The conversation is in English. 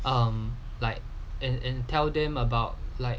um like and and tell them about like